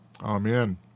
Amen